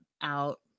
out